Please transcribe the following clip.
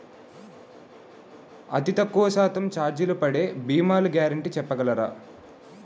అతి తక్కువ శాతం ఛార్జీలు పడే భీమాలు గ్యారంటీ చెప్పగలరా?